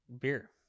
beer